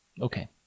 Okay